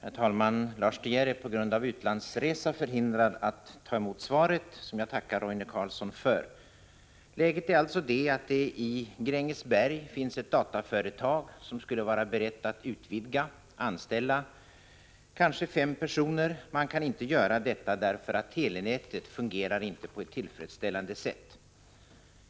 Herr talman! Lars De Geer är på grund av utlandsresa förhindrad att ta emot svaret, som jag tackar statsrådet Roine Carlsson för. Läget är att i Grängesberg finns ett dataföretag som skulle vara berett att utvidga verksamheten och anställa fem personer, men som inte kan göra detta för att telenätet inte fungerar på ett tillfredsställande sätt.